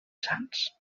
sants